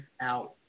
out